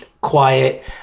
quiet